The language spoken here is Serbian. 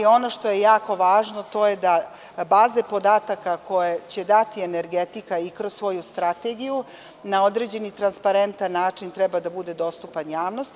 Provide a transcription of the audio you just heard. Ono što je jako važno, to je da baza podataka, koju će dati energetika i kroz svoju strategiju, na određeni transparentan način treba da bude dostupna javnosti.